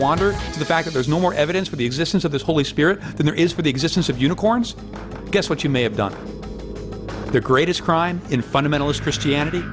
wander to the fact that there's no more evidence for the existence of this holy spirit than there is for the existence of unicorns guess what you may have done the greatest crime in fundamentalist christianity